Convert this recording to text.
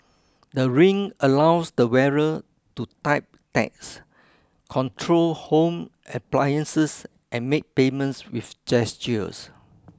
the ring allows the wearer to type texts control home appliances and make payments with gestures